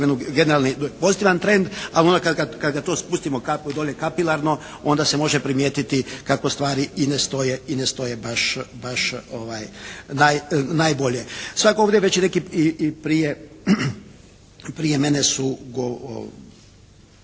generalni pozitivan trend, ali onda kada ga to spustimo kap dolje kapilarno onda se može primijetiti kako stvari i ne stoje baš najbolje. … /Ne razumije se./ … već i prije mene su,